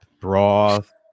Broth